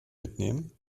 mitnehmen